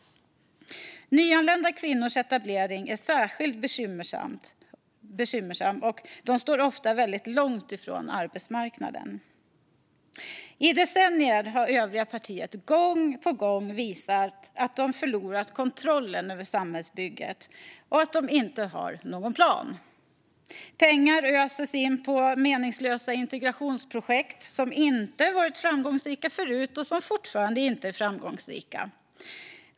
Nyanlända kvinnors etablering är särskilt bekymmersam, och de står ofta väldigt långt ifrån arbetsmarknaden. I decennier har övriga partier gång på gång visat att de förlorat kontrollen över samhällsbygget och att de inte har någon plan. Pengar öses in i meningslösa integrationsprojekt, som inte varit framgångsrika förut och fortfarande inte är det.